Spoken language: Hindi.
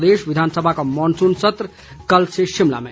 प्रदेश विधानसभा का मॉनसून सत्र कल से शिमला में